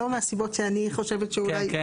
לא מהסיבות שאני חושבת שאולי יש איתה בעיה.